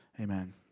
Amen